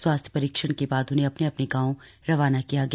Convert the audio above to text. स्वास्थ्य परीक्षण के बाद उन्हें अपने अपने गांव रवाना किया गया